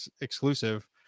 exclusive